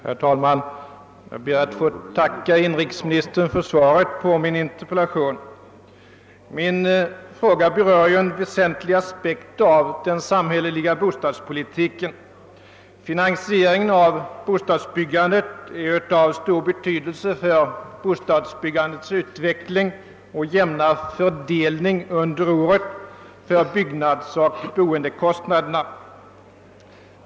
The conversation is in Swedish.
Herr talman! Jag ber att få tacka inrikesministern för svaret på min interpellation. Min fråga berör ju en väsentlig aspekt av den samhälleliga bostadspolitiken. Finansieringen av bostadsbyggandet är av stor betydelse för bostadsbyggandets utveckling och den jämna fördelningen under året av byggandet, den påverkar byggnadsoch boendekostnaderna.